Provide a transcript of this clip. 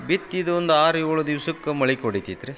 ಬಿತ್ತಿದ್ದ ಒಂದು ಆರು ಏಳು ದಿವ್ಸಕ್ಕೆ ಮೊಳಕ್ ಒಡಿತಿತ್ತು ರೀ